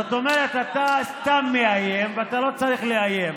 זאת אומרת, אתה סתם מאיים, ואתה לא צריך לאיים.